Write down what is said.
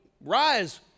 rise